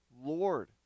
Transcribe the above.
Lord